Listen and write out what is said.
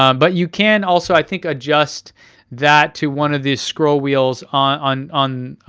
um but you can also, i think, adjust that to one of the scroll wheels on on